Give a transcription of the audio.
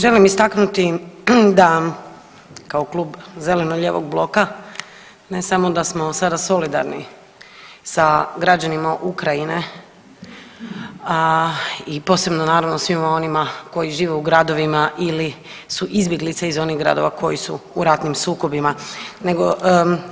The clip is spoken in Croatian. Želim istaknuti da kao Klub zeleno-lijevog bloka ne samo da smo sada solidarni sa građanima Ukrajine i posebno naravno svima onima koji žive u gradovima ili su izbjeglice iz onih gradova koji su u ratnim sukobima, nego